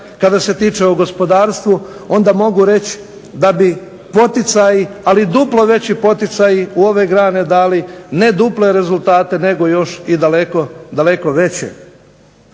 kada se tiče o gospodarstvu onda mogu reći da bi duplo veći poticaji u ove grane dali ne duple rezultate nego i daleko veće.